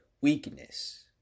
weakness